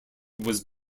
was